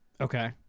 Okay